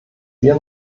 wir